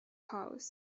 house